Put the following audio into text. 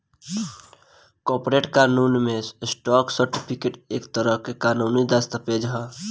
corporate कानून में, stock certificate एक तरह के कानूनी दस्तावेज ह